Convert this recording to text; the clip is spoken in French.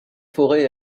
forêt